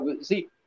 See